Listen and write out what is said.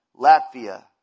Latvia